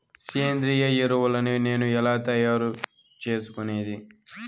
సేంద్రియ ఎరువులని నేను ఎలా తయారు చేసుకునేది?